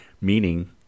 meaning